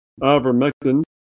ivermectin